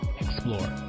explore